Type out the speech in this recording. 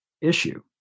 issue